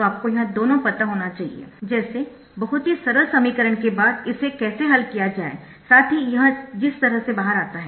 तो आपको यह दोनों पता होना चाहिए जैसे बहुत ही सरल समीकरण के बाद इसे कैसे हल किया जाए साथ ही यह जिस तरह से बाहर आता है